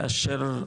כאשר,